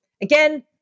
Again